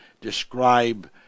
describe